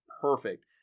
perfect